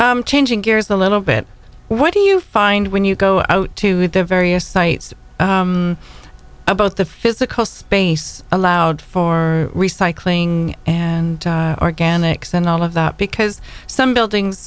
combative changing gears a little bit what do you find when you go out to the various sites about the physical space allowed for recycling and organics and all of that because some buildings